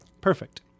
perfect